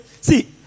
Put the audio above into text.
See